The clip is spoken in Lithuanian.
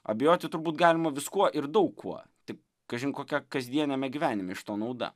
abejoti turbūt galima viskuo ir daug kuo tik kažin kokia kasdieniame gyvenime iš to nauda